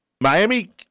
Miami